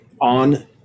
on